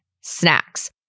snacks